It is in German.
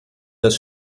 das